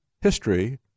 history